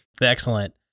Excellent